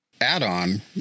add-on